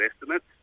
estimates